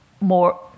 more